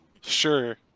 Sure